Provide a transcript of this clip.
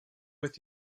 with